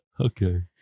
Okay